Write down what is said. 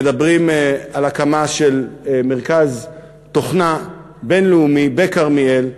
הם מדברים על הקמת מרכז תוכנה בין-לאומי בכרמיאל,